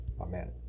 Amen